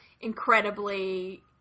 incredibly